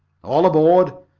all aboard!